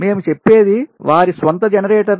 మేము చెప్పేది వారి స్వంత జెనరేటర్